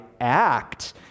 act